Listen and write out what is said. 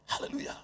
hallelujah